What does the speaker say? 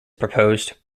proposed